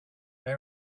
they